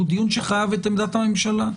והוא דיון שחייב את עמדת הממשלה.